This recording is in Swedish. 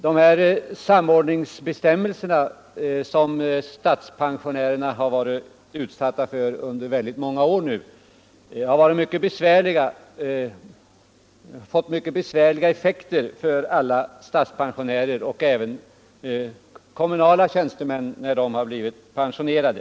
REPEAT Samordningsbestämmelserna, som statspensionärerna har varit utsatta — Samordning mellan för under väldigt många år, har fått mycket besvärliga effekter för alla — pensionssystem, statens pensionärer och även för kommunala tjänstemän när de blivit — m.m. pensionerade.